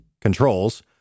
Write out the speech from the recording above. controls